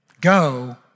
Go